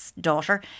daughter